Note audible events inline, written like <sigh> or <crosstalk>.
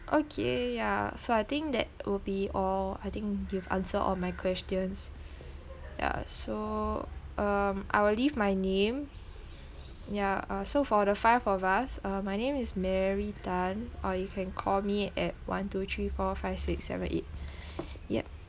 okay ya so I think that will be all I think you've answer all my questions ya so um I will leave my name ya uh so for the five of us uh my name is mary tan or you can call me at one two three four five six seven eight <breath> yup